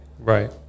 Right